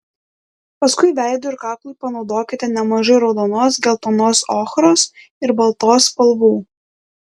paskui veidui ir kaklui panaudokite nemažai raudonos geltonos ochros ir baltos spalvų